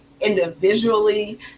individually